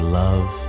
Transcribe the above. love